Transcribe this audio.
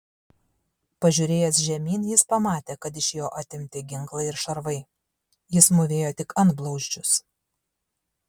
pažiūrėjęs žemyn jis pamatė kad iš jo atimti ginklai ir šarvai jis mūvėjo tik antblauzdžius